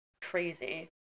Crazy